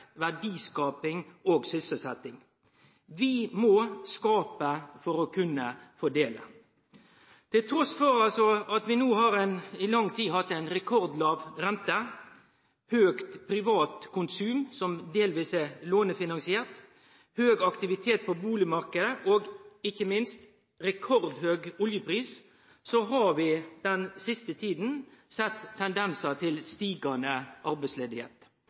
verdiskaping og sysselsetjing. Vi må skape for å kunne fordele. Trass i at vi no i lang tid har hatt ei rekordlåg rente, høgt privat konsum som delvis er lånefinansiert, høg aktivitet på bustadmarknaden og – ikkje minst – rekordhøg oljepris, har vi den siste tida sett tendensar til stigande